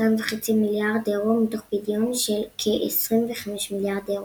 2.5 מיליארד אירו מתוך פדיון של כ-23 מיליארד אירו.